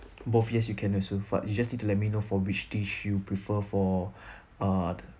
both yes you can ask for ah you just need to let me know for which dish you prefer for ah